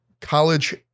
college